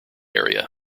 area